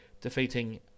defeating